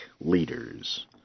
leaders